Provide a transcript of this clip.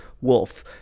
wolf